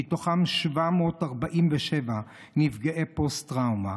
747 מתוכם נפגעי פוסט-טראומה.